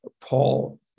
Paul